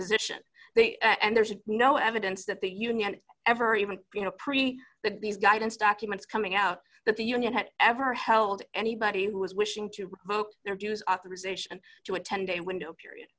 position and there is no evidence that the union ever even you know pretty that these guidance documents coming out that the union had ever held anybody who was wishing to revoke their dues authorization to a ten day window period